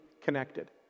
connected